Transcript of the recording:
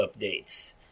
updates